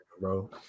bro